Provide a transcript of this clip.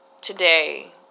today